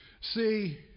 See